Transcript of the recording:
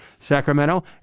Sacramento